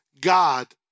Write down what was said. God